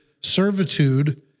servitude